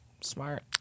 smart